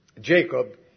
Jacob